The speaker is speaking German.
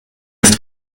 ist